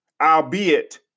albeit